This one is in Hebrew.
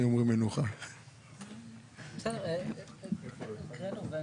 אומרים שבהחלטה להטיל קנס